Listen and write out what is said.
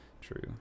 True